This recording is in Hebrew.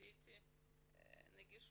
שעשיתי היה נגישות.